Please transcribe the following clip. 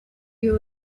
you